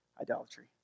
idolatry